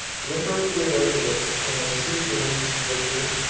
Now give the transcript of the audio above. the emperor theodosius, when he received the news of the victory,